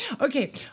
Okay